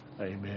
Amen